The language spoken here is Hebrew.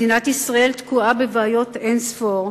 מדינת ישראל תקועה בבעיות אין-ספור,